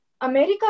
America